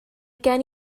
gen